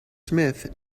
smith